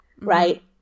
right